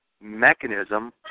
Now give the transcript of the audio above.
mechanism